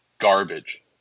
Garbage